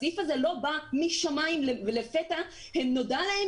הסעיף הזה לא בא משמים ולפתע נודע להם